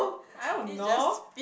I don't know